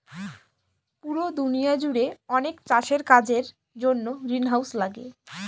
পুরো দুনিয়া জুড়ে অনেক চাষের কাজের জন্য গ্রিনহাউস লাগে